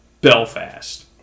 Belfast